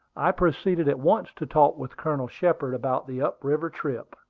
i proceeded at once to talk with colonel shepard about the up-river trip.